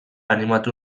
animatu